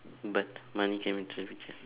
but money can be trade